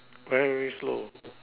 very very slow